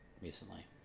recently